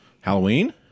Halloween